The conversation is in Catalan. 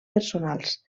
personals